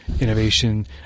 innovation